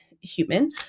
human